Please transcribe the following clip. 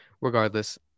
regardless